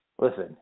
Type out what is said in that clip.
Listen